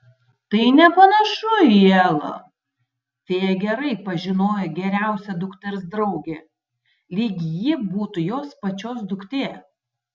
tai nepanašu į elą fėja gerai pažinojo geriausią dukters draugę lyg ji būtų jos pačios duktė